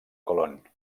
colón